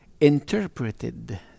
interpreted